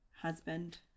husband